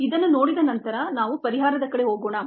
ಇದನ್ನು ನೋಡಿದ ನಂತರ ನಾವು ಪರಿಹಾರದ ಕಡೆ ಹೋಗೋಣ